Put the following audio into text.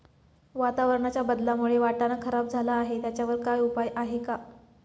वातावरणाच्या बदलामुळे वाटाणा खराब झाला आहे त्याच्यावर काय उपाय आहे का?